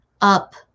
up